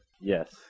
Yes